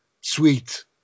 sweet